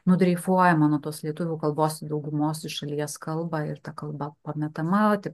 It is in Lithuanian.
nudreifuojama nuo tos lietuvių kalbos į daugumos šalies kalbą ir ta kalba pametama